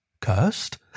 Cursed